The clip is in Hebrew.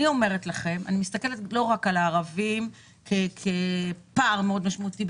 אני מסתכלת לא רק על הערבים כפער מאוד משמעותי,